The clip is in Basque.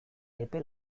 epe